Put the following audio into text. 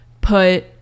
put